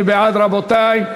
מי בעד, רבותי?